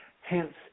hence